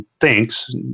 thinks